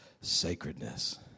sacredness